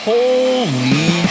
Holy